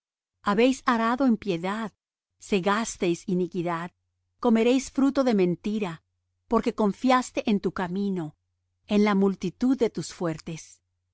habéis arado impiedad segasteis iniquidad comeréis fruto de mentira porque confiaste en tu camino en la multitud de tus fuertes